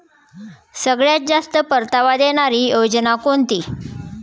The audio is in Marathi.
सगळ्यात जास्त परतावा देणारी योजना कोणती?